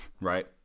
Right